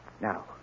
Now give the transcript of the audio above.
Now